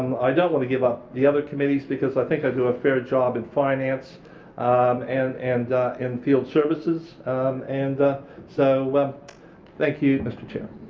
i don't want to give up the other committees because i think i do a fair job in finance and and in field services and so thank you, mr chair.